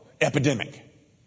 epidemic